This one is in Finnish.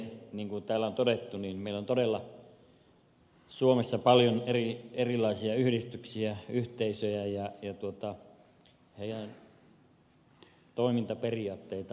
niin kuin täällä on todettu meillä on todella suomessa paljon erilaisia yhdistyksiä yhteisöjä ja toimintaperiaatteita